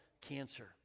cancer